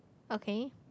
okay